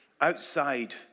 outside